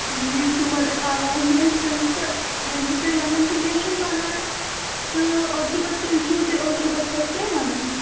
میٖٹھۍ تہٕ مٔدٕر آواز نہَ حظ چھَنہٕ تہٕ وۅنۍ چھُو تُہۍ ونان تہٕ کیٚنٛہہ چھُنہٕ پَرواے تہٕ اَکتوٗبر تیٚلہِ چھُ تُہۍ اَکتوٗبَر فٔسٹٕے وَنان